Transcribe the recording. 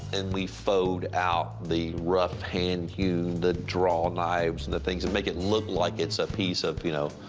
and we fauxed out the rough hand hew, the draw knives, and the things that make it look like it's a piece of, you know,